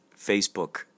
Facebook